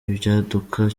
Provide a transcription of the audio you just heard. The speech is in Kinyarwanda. ibyaduka